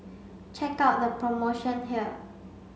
check out the promotion here